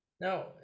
No